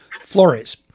Flores